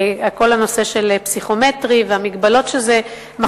על כל הנושא של פסיכומטרי והמגבלות שזה מכתיב,